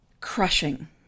crushing